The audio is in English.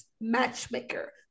matchmaker